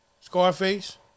Scarface